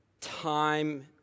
time